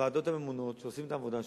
הוועדות הממונות שעושות את העבודה שלהן,